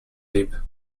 lip